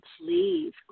please